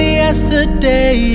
yesterday